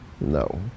No